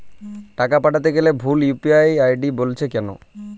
টাকা পাঠাতে গেলে ভুল ইউ.পি.আই আই.ডি বলছে কেনো?